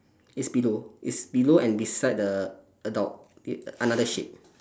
it's below it's below and beside the adult a~ another sheep